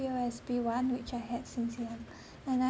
P_O_S_B one which I had since young and I